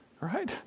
right